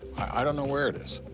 i don't know where it is.